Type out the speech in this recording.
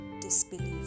disbelief